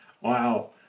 Wow